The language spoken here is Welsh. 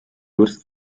wrth